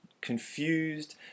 confused